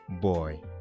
boy